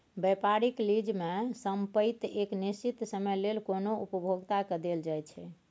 व्यापारिक लीज में संपइत एक निश्चित समय लेल कोनो उपभोक्ता के देल जाइ छइ